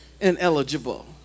ineligible